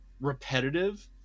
repetitive